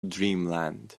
dreamland